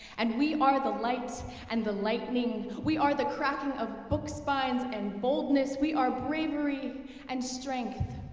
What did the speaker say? and we are the light and the lightning. we are the cracking of book spines and boldness. we are bravery and strength.